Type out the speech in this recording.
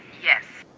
yes.